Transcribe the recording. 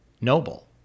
noble